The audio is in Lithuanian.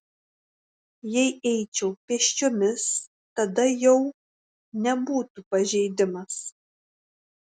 jei eičiau pėsčiomis tada jau nebūtų pažeidimas